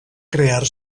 crear